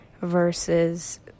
Versus